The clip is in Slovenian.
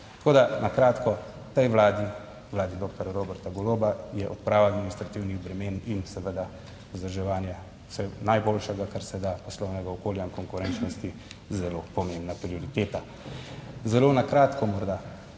Tako da na kratko v tej Vladi, Vladi doktorja Roberta Goloba je odprava administrativnih bremen in seveda vzdrževanje vsaj najboljšega, kar se da, poslovnega okolja in konkurenčnosti, zelo pomembna prioriteta. Zelo na kratko morda,